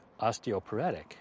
osteoporotic